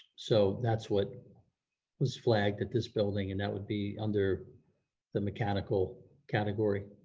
so that's what was flagged at this building and that would be under the mechanical category.